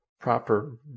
proper